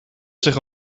zich